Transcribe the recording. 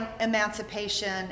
emancipation